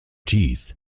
teeth